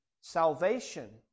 Salvation